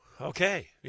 Okay